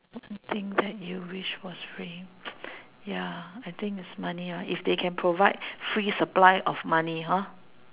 one thing that you wish was free ya I think is money right if they can provide free supply of money hor